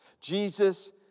Jesus